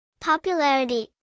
Popularity